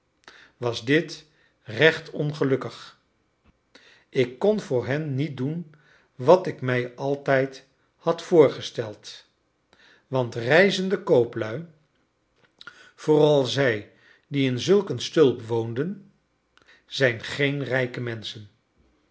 was dit recht ongelukkig ik kon voor hen niet doen wat ik mij altijd had voorgesteld want reizende kooplui vooral zij die in zulk een stulp woonden zijn geen rijke menschen